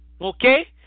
Okay